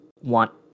want